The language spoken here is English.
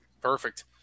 perfect